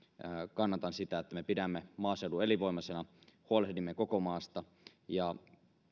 kannatamme sitä että me pidämme maaseudun elinvoimaisena huolehdimme koko maasta ja